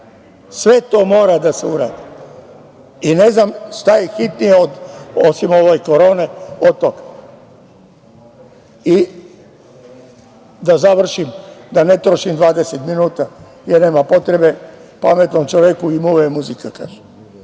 Sve to mora da se uradi. Ne znam šta je hitnije osim ove korone od toga. Da završim, da ne trošim 20 minuta jer nema potrebe. Pametnom čoveku i muva je muzika.